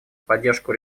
поддержку